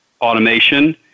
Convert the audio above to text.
automation